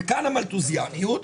וכאן המלטוזיאניות,